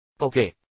Okay